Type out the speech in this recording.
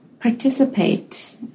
participate